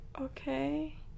okay